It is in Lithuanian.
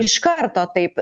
iš karto taip